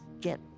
get